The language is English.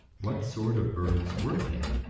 what sort of birds were they?